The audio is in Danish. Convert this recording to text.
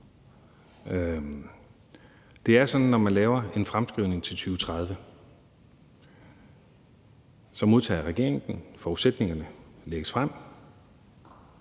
Det er sådan, at når man laver en fremskrivning til 2030, så modtager regeringen den, forudsætningerne lægges frem,